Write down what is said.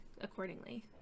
accordingly